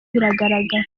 biragaragara